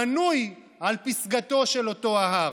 בנוי על פסגתו של אותו ההר?